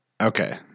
Okay